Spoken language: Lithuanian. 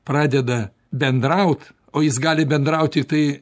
pradeda bendraut o jis gali bendraut tiktai